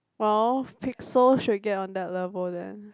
well Pixel should get on that level then